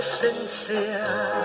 sincere